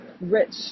rich